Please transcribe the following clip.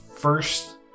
First